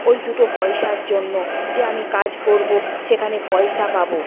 ওই দুটো পয়সার জন্য যে আমি কাজ করব সেখানে পয়সা পাব